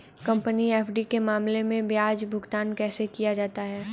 Company FD के मामले में ब्याज भुगतान कैसे किया जाता है?